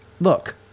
look